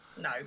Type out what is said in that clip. no